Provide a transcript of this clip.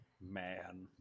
man